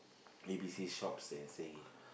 A_B_C shops and say